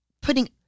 putting